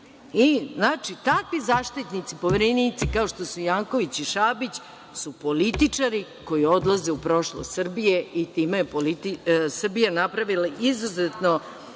ličnost. Znači, takvi zaštitnici, poverenici kao što su Janković i Šabić su političari koji odlaze u prošlost Srbije i time je Srbija napravila izuzetno